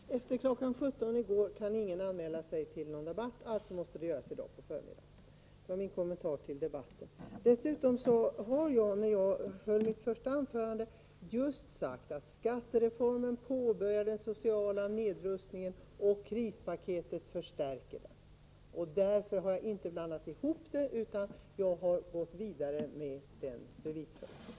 Herr talman! Efter kl. 17.00 i går kunde ingen anmäla sig till dagens debatt. Alltså måste det göras i dag på morgonen. Det är min kommentar till diskussionen om debattreglerna. Dessutom sade jag i mitt anförande att skattereformen påbörjade den sociala nedrustningen och att krispaketet förstärker den. Jag har alltså inte blandat ihop dessa saker, utan jag har gått vidare i bevisföringen.